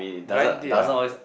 blind date ah